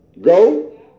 Go